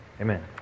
amen